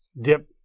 dip